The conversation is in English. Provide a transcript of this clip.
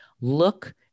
look